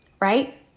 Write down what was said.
right